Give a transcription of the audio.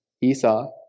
Esau